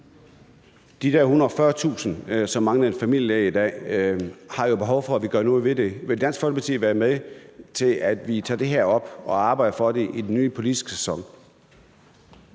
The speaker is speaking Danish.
der 140.000, som mangler en familielæge i dag, har jo behov for, at vi gør noget ved det. Vil Dansk Folkeparti være med til, at vi tager det her op og arbejder for det i den nye politiske sæson?